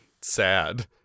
sad